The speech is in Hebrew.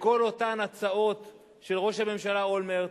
שכל אותן הצעות של ראש הממשלה אולמרט,